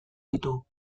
ditu